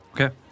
Okay